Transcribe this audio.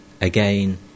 Again